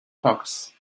fox